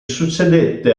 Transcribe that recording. succedette